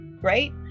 right